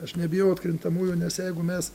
aš nebijau atkrintamųjų nes jeigu mes